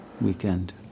weekend